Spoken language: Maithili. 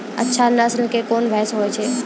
अच्छा नस्ल के कोन भैंस होय छै?